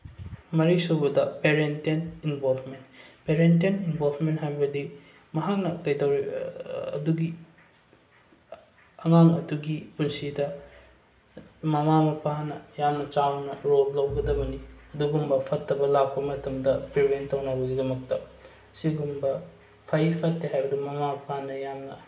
ꯃꯔꯤꯁꯨꯕꯗ parent involvement parent involvement ꯍꯥꯏꯕꯗꯤ ꯃꯍꯥꯛꯅ ꯑꯗꯨꯒꯤ ꯑꯉꯥꯡ ꯑꯗꯨꯒꯤ ꯄꯨꯟꯁꯤꯗ ꯃꯃꯥ ꯃꯄꯥꯅ ꯌꯥꯝꯅ ꯆꯥꯎꯅ ꯔꯣꯜ ꯂꯧꯒꯗꯕꯅꯤ ꯑꯗꯨꯒꯨꯝꯕ ꯐꯠꯇꯕ ꯂꯥꯛꯄ ꯃꯇꯝꯗ ꯄ꯭ꯔꯤꯚꯦꯟ ꯇꯧꯅꯕꯒꯤꯗꯃꯛꯇ ꯁꯤꯒꯨꯝꯕ ꯐꯩ ꯐꯠꯇꯦ ꯍꯥꯏꯕꯗꯨ ꯃꯃꯥ ꯃꯄꯥꯅ ꯌꯥꯝꯅ